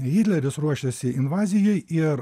hitleris ruošiasi invazijai ir